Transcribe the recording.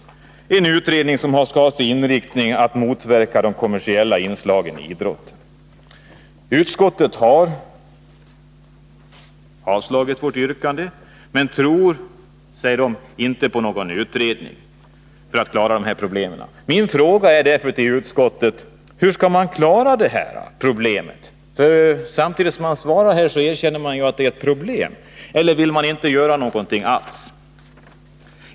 En sådan utredning skall ha som inriktning att motverka de kommersiella inslagen i idrotten. Utskottet har avstyrkt vårt yrkande. Man tror inte, heter det. inte på någon utredning för att klara problemen. Min fråga till utskottet är därför: Hur skall man klara det här problemet? Samtidigt med avstyrkandet erkänner man ju att det är ett problem. Eller vill man inte göra någonting alls?